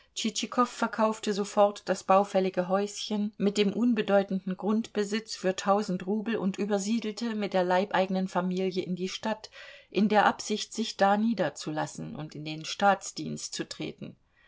verkaufte sofort das baufällige häuschen mit dem unbedeutenden grundbesitz für tausend rubel und übersiedelte mit der leibeigenen familie in die stadt in der absicht sich da niederzulassen und in den staatsdienst zu treten